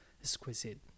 exquisite